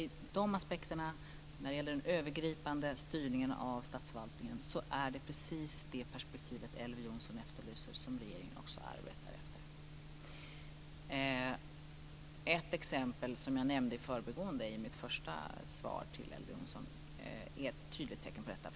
I de aspekterna, dvs. när det gäller den övergripande styrningen av statsförvaltningen, är det precis det perspektiv som Elver Jonsson efterlyser som regeringen också arbetar efter. Ett exempel som jag nämnde i förbigående i mitt första svar till Elver Jonsson är ett tydligt tecken på detta.